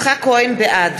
בעד